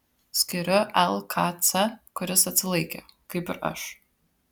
skiriu lkc kuris atsilaikė kaip ir aš